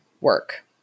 work